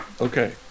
Okay